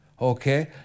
okay